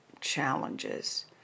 challenges